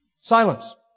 Silence